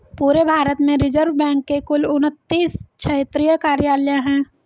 पूरे भारत में reserve bank के कुल उनत्तीस क्षेत्रीय कार्यालय हैं